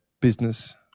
business